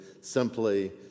simply